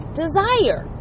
desire